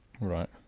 Right